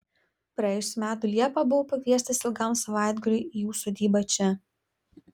praėjusių metų liepą buvau pakviestas ilgam savaitgaliui į jų sodybą čia